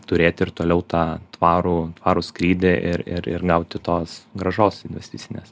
turėti ir toliau tą tvarų tvarų skrydį ir ir ir gauti tos grąžos investicinės